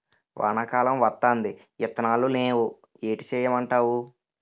వానా కాలం వత్తాంది ఇత్తనాలు నేవు ఏటి సేయమంటావు